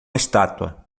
estátua